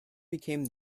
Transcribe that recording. became